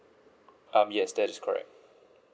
um yes that is correct